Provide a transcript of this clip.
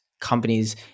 companies